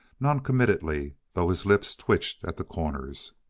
noncommittally, though his lips twitched at the corners.